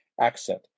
accent